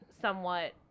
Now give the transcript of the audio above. somewhat